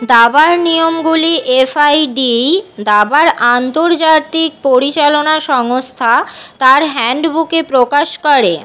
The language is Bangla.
দাবার নিয়মগুলি এফআইডিই দাবার আন্তর্জাতিক পরিচালনা সংস্থা তার হ্যান্ডবুকে প্রকাশ করে